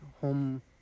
home